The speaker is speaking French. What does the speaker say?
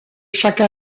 chaque